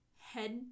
head